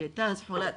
היא הייתה אז חולת